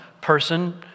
person